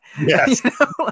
Yes